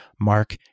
Mark